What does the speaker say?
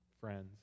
friends